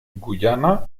guyana